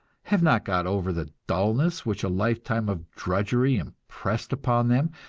have not got over the dullness which a lifetime of drudgery impressed upon them,